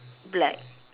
black